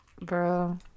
bro